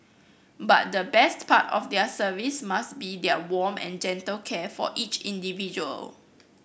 but the best part of their services must be their warm and gentle care for each individual